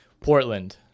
portland